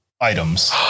items